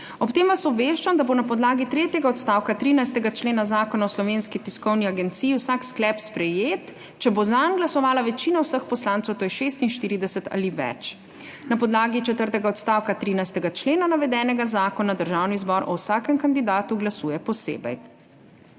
Ob tem vas obveščam, da bo na podlagi tretjega odstavka 13. člena Zakona o Slovenski tiskovni agenciji vsak sklep sprejet, če bo zanj glasovala večina vseh poslancev, to je 46 ali več. Na podlagi četrtega odstavka 13. člena navedenega zakona Državni zbor o vsakem kandidatu glasuje posebej.